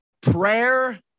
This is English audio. Prayer